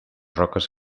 roques